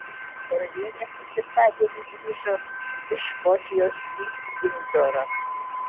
karalienė ketvirtadienį grįžo iš škotijos į vindzorą